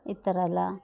ಈ ಥರ ಎಲ್ಲ